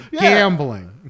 gambling